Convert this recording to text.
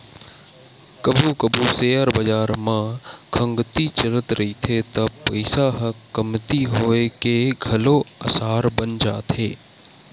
कभू कभू सेयर बजार म खंगती चलत रहिथे त पइसा ह कमती होए के घलो असार बन जाथे